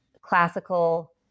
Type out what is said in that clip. classical